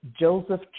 Joseph